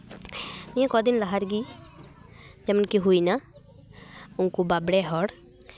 ᱱᱤᱭᱟᱹ ᱠᱚᱫᱤᱱ ᱞᱟᱦᱟ ᱨᱮᱜᱮ ᱡᱮᱢᱚᱱᱠᱤ ᱦᱩᱭᱱᱟ ᱩᱱᱠᱩ ᱵᱟᱸᱵᱽᱲᱮ ᱦᱚᱲ